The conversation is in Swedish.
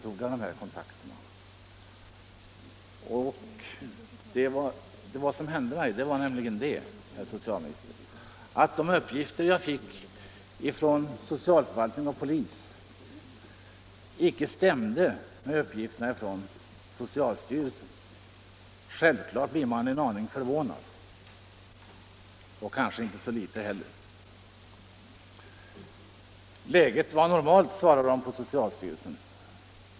De uppgifter som därvid lämnades mig från socialförvaltning och polis stämde icke med uppgifterna från socialstyrelsen. Självfallet blir man då en aning förvånad, och kanske inte så litet heller. Läget var normalt, svarade man på socialstyrelsen.